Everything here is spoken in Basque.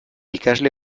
ikasle